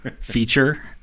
feature